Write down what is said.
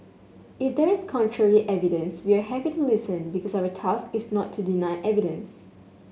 if there's contrary evidence we are happy to listen because our task is not to deny evidence